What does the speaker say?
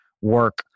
work